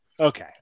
Okay